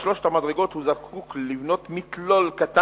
כדי לעבור את שלוש המדרגות הוא צריך לבנות מתלול קטן